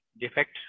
defect